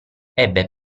ebbe